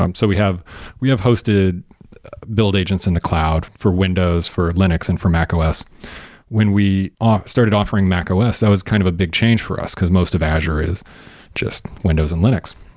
um so we have we have hosted build agents in the cloud for windows, for linux and for mac os when we ah started offering mac os, that was kind of a big change for us because most of azure is just windows and linux.